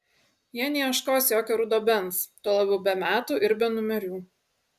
jie neieškos jokio rudo benz tuo labiau be metų ir be numerių